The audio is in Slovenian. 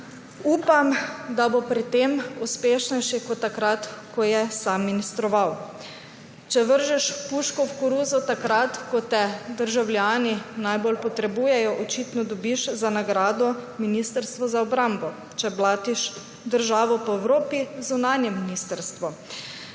upam, da bo pri tem uspešnejši kot takrat, ko je sam ministroval. Če vržeš puško v koruzo, takrat ko te državljani najbolj potrebujejo, očitno dobiš za nagrado ministrstvo za obrambo. Če blatiš državo po Evropi, zunanje ministrstvo.